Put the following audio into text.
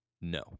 no